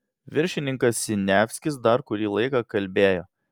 viršininkas siniavskis dar kurį laiką kalbėjo